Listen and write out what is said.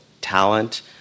talent